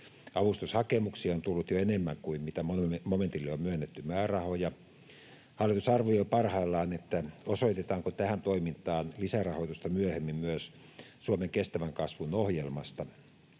Avustushakemuksia on tullut jo enemmän kuin mitä momentille on myönnetty määrärahoja. Hallitus arvioi parhaillaan, osoitetaanko tähän toimintaan lisärahoitusta myöhemmin myös Suomen kestävän kasvun ohjelmasta.